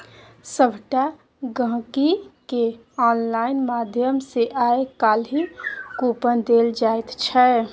सभटा गहिंकीकेँ आनलाइन माध्यम सँ आय काल्हि कूपन देल जाइत छै